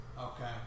Okay